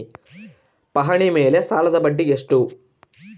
ಪಹಣಿ ಮೇಲೆ ಸಾಲದ ಬಡ್ಡಿ ಎಷ್ಟು?